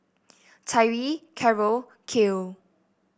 Tyree Carroll Kiel